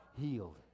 healed